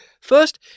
first